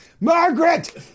Margaret